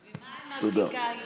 ומה עם הבדיקה היומית?